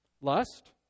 Lust